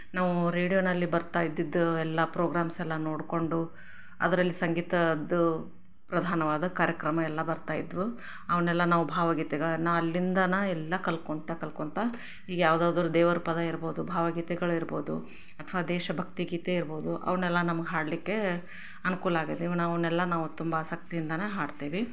ನಾವು ರೇಡಿಯೋನಲ್ಲಿ ಬರ್ತಾ ಇದ್ದಿದ್ದು ಎಲ್ಲ ಪ್ರೋಗ್ರಾಮ್ಸೆಲ್ಲ ನೋಡಿಕೊಂಡು ಅದ್ರಲ್ಲಿ ಸಂಗೀತದ್ದು ಪ್ರಧಾನವಾದ ಕಾರ್ಯಕ್ರಮ ಎಲ್ಲ ಬರ್ತಾ ಇದ್ದವು ಅವನ್ನೆಲ್ಲ ನಾವು ಭಾವಗೀತೆಗಳನ್ನು ಅಲ್ಲಿಂದನೇ ಎಲ್ಲ ಕಲ್ತ್ಕೊಂತ ಕಲ್ತ್ಕೊಂತ ಈಗ ಯಾವುದಾದ್ರೂ ದೇವ್ರ ಪದ ಇರ್ಬೋದು ಭಾವಗೀತೆಗಳಿರ್ಬೋದು ಅಥವಾ ದೇಶಭಕ್ತಿಗೀತೆ ಇರ್ಬೋದು ಅವನ್ನೆಲ್ಲ ನಮ್ಗೆ ಹಾಡಲಿಕ್ಕೆ ಅನುಕೂಲಾಗಿದೆ ಅವನ್ನೆಲ್ಲ ನಾವು ತುಂಬ ಆಸಕ್ತಿಯಿಂದನೇ ಹಾಡ್ತೇವೆ